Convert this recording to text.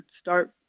start